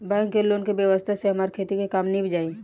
bank के loan के व्यवस्था से हमार खेती के काम नीभ जाई